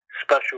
special